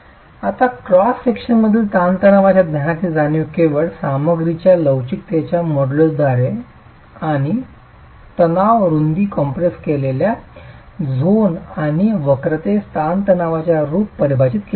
आता क्रॉस सेक्शनमधील ताणतणावाच्या ज्ञानाची जाणीव केवळ सामग्रीच्या लवचिकतेच्या मॉड्यूलसद्वारे आणि तणाव रूंदी कॉम्प्रेस केलेल्या झोन आणि वक्रतेस ताणतणावाच्या रूपात परिभाषित केली जाते